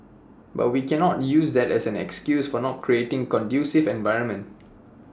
but we cannot use that as an excuse for not creating conducive environment